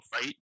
fight